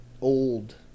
old